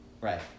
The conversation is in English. Right